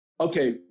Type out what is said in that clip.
okay